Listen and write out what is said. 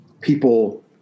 people